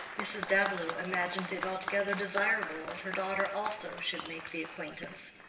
mrs. davilow imagined it altogether desirable that her daughter also should make the acquaintance.